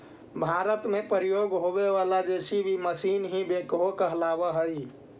भारत में प्रयोग होवे वाला जे.सी.बी मशीन ही बेक्हो कहलावऽ हई